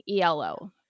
ELO